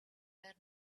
were